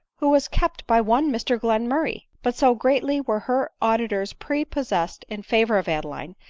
who was kept by one mr glenmurray! but so greatly were her auditors prepossessed in favor of adeline,